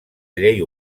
llei